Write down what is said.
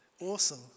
Awesome